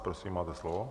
Prosím, máte slovo.